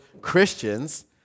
Christians